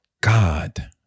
God